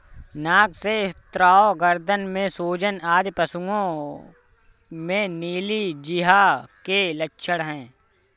नाक से स्राव, गर्दन में सूजन आदि पशुओं में नीली जिह्वा के लक्षण हैं